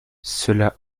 cela